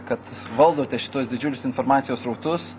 kad valdote šituos didžiulius informacijos srautus